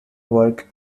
work